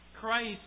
Christ